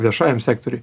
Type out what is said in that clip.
viešajam sektoriui